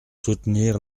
soutenir